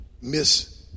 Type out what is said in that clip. Miss